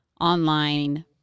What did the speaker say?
online